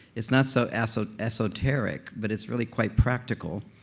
it's not so ah so esoteric, but it's really quite practical,